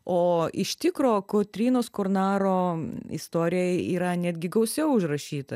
o iš tikro kotrynos kornaro istorija yra netgi gausiau užrašyta